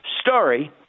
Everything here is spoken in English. Story